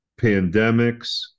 pandemics